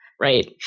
Right